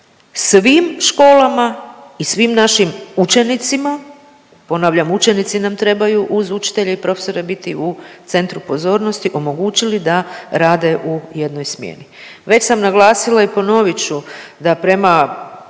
svim školama i svim našim učenicima, ponavljam učenici nam trebaju uz učitelje i profesore biti u centru pozornosti omogućili da rade u jednoj smjeni. Već sam naglasila i ponovit ću da prema podacima